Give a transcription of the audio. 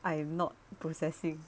I am not processing